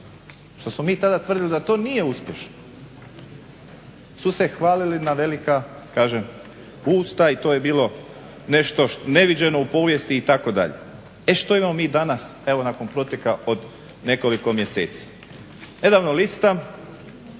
Što smo mi tada tvrdili da to nije uspješno, su se hvalili na velika, kažem usta i to je bilo nešto neviđeno u povijesti itd. E što imamo mi danas, evo nakon proteka od nekoliko mjeseci, nedavno listam